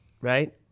Right